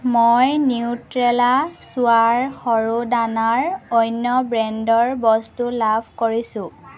মই নিউট্ৰেলা চোৱাৰ সৰু দানাৰ অন্য ব্ৰেণ্ডৰ বস্তু লাভ কৰিছোঁ